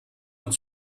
und